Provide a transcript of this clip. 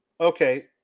Okay